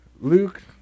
Luke